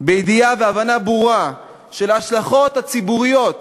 בידיעה ובהבנה ברורה של ההשלכות הציבוריות